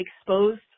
exposed